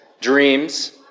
dreams